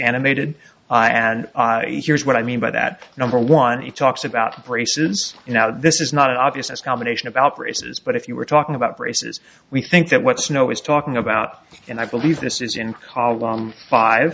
animated and here's what i mean by that number one he talks about braces and now this is not an obvious combination about races but if you were talking about races we think that what snow is talking about and i believe this is in column five